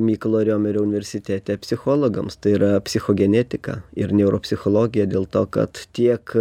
mykolo riomerio universitete psichologams tai yra psichogenetika ir neuropsichologija dėl to kad tiek